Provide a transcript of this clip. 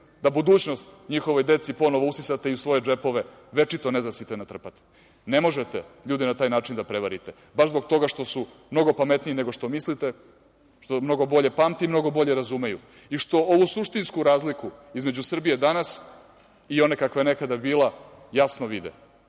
da budućnost njihovoj deci ponovo usisate i u svoje džepove večito nezasite natrpate. Ne možete ljude na taj način da prevarite, baš zbog toga što su mnogo pametniji nego što mislite, što mnogo bolje pamte i mnogo bolje razumeju i što ovu suštinsku razliku između Srbije danas i one kakva je nekada bila jasno vide.